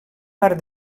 part